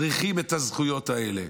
צריכים את הזכויות האלה,